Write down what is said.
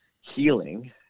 healing